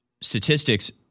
statistics